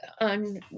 on